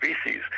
species